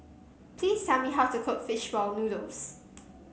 please tell me how to cook fish ball noodles